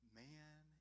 man